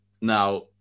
Now